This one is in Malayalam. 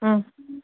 ആ